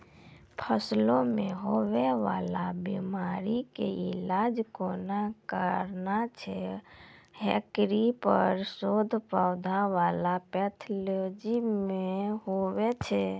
फसलो मे हुवै वाला बीमारी के इलाज कोना करना छै हेकरो पर शोध पौधा बला पैथोलॉजी मे हुवे छै